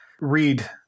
read